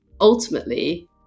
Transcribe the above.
Ultimately